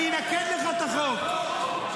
אבל זה לא החוק, מלכיאלי.